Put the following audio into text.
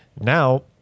Now